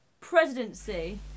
presidency